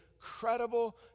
incredible